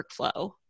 workflow